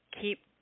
keep